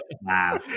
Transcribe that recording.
wow